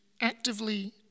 actively